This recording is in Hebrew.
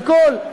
וכל,